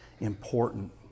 important